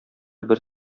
бер